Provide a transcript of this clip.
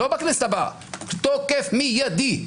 לא בכנסת הבאה תוקף מידי.